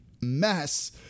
mess